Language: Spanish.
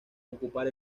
ocupar